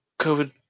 COVID